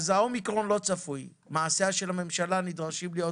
האומיקרון לא צפוי אבל מעשיה של הממשלה צריכים ונדרשים להיות